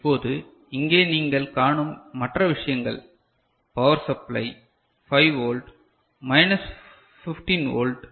இப்போது இங்கே நீங்கள் காணும் மற்ற விஷயங்கள் பவர் சப்ளை 5 வோல்ட் மைனஸ்15 வோல்ட்